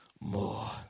More